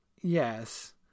yes